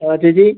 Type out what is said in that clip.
ആ ചേച്ചി